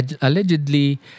allegedly